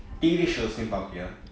T_V shows Papiya